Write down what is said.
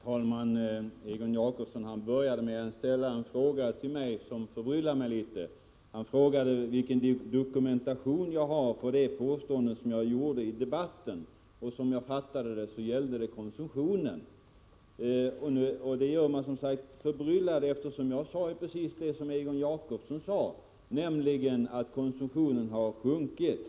Herr talman! Egon Jacobsson började med att ställa en fråga till mig som förbryllade mig litet. Han frågade, om jag uppfattade honom rätt, vilken dokumentation jag har beträffande mitt påstående här i debatten om konsumtionen. Frågan gör mig som sagt förbryllad, eftersom jag sade precis det som Egon Jacobsson själv sade, nämligen att konsumtionen har sjunkit.